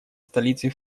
столицей